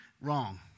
wrong